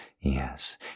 yes